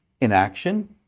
inaction